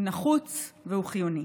הוא נחוץ והוא חיוני.